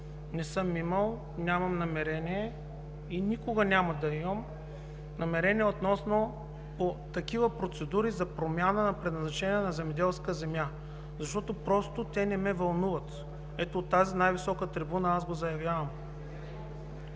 не съм имал, нямам намерение и никога няма да имам намерение относно такива процедури за промяна на предназначението на земеделска земя, защото просто те не ме вълнуват. Ето, от тази най-висока трибуна аз го заявявам!